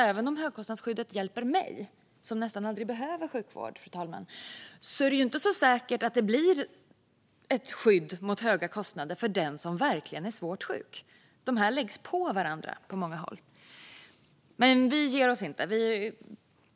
Även om högkostnadsskyddet hjälper mig, som nästan aldrig behöver sjukvård, fru talman, är det inte så säkert att det blir ett skydd mot höga kostnader för den som verkligen är svårt sjuk. De läggs på varandra på många håll. Men vi ger oss inte. Vi